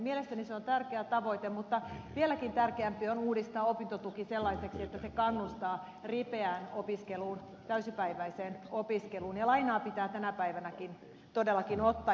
mielestäni se on tärkeä tavoite mutta vieläkin tärkeämpää on uudistaa opintotuki sellaiseksi että se kannustaa ripeään opiskeluun täysipäiväiseen opiskeluun ja lainaa pitää tänä päivänäkin todellakin ottaa